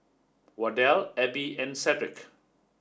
Wardell Abbey and Cedric